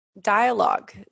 dialogue